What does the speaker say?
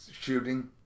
shooting